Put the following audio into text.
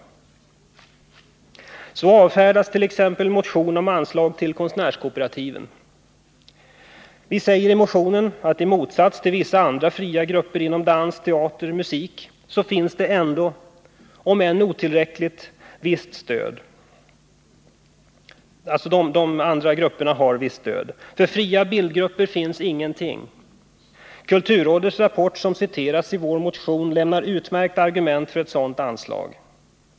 På detta sätt avfärdas t.ex. motionen om anslaget till konstnärskooperativen. Vi säger i motionen att det till vissa andra fria grupper inom dans, teater och musik finns ett visst — om än otillräckligt — stöd. För fria bildgrupper finns ingenting. Kulturrådets rapport, som citeras i vår motion, lämnar utmärkta argument för ett sådant anslag.